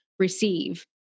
Receive